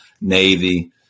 Navy